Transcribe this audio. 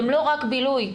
הם לא רק בילוי.